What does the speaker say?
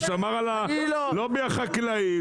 הוא שמר על הלובי החקלאי,